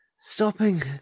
stopping